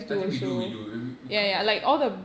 I think we do we do we we come up